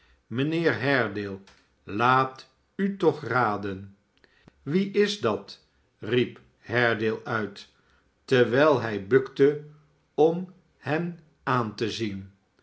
mijnheer haredalej laat utoch raden wie is dat riep haredale uit terwijl hij bukte om hen aan te zien